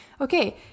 Okay